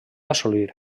assolir